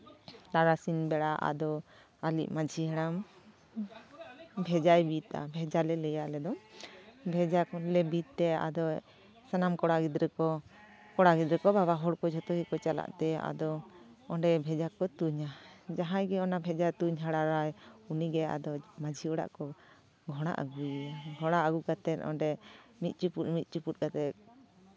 ᱛᱟᱨᱟᱥᱤᱧ ᱵᱮᱲᱟ ᱟᱫᱚ ᱟᱞᱮᱭᱤᱡ ᱢᱟᱹᱡᱷᱤ ᱦᱟᱲᱟᱢ ᱵᱷᱮᱡᱟᱭ ᱵᱤᱫᱟ ᱵᱷᱮᱡᱟ ᱞᱮ ᱞᱟᱹᱭᱟ ᱟᱞᱮ ᱫᱚ ᱵᱷᱮᱡᱟ ᱠᱚᱞᱮ ᱵᱤᱫ ᱛᱮ ᱟᱫᱚ ᱥᱟᱱᱟᱢ ᱠᱚᱲᱟ ᱜᱤᱫᱽᱨᱟᱹ ᱠᱚ ᱠᱚᱲᱟ ᱜᱤᱫᱽᱨᱟᱹ ᱠᱚ ᱵᱟᱵᱟ ᱦᱚᱲ ᱠᱚ ᱡᱷᱚᱛᱚ ᱜᱮᱠᱚ ᱪᱟᱞᱟᱜ ᱛᱮ ᱟᱫᱚ ᱚᱸᱰᱮ ᱵᱷᱮᱡᱟ ᱠᱚ ᱛᱩᱧᱟ ᱡᱟᱦᱟᱸᱭ ᱜᱮ ᱚᱱᱟ ᱵᱷᱮᱡᱟ ᱛᱩᱧ ᱦᱟᱲᱟᱨᱟᱭ ᱩᱱᱤᱜᱮ ᱟᱫᱚ ᱢᱟᱺᱡᱷᱤ ᱚᱲᱟᱜ ᱠᱚ ᱜᱷᱚᱲᱟ ᱟᱹᱜᱩᱭᱮᱭᱟ ᱜᱷᱚᱲᱟ ᱟᱹᱜᱩ ᱠᱟᱛᱮᱫ ᱚᱸᱰᱮ ᱢᱤᱫ ᱪᱩᱯᱩᱫ ᱢᱤᱫ ᱪᱩᱯᱩᱫ ᱠᱟᱛᱮᱫ